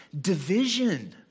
division